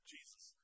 Jesus